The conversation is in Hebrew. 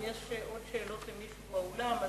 האם יש עוד שאלות למישהו באולם?